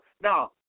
Now